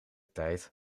tijd